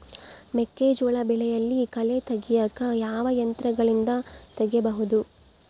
ಮೆಕ್ಕೆಜೋಳ ಬೆಳೆಯಲ್ಲಿ ಕಳೆ ತೆಗಿಯಾಕ ಯಾವ ಯಂತ್ರಗಳಿಂದ ತೆಗಿಬಹುದು?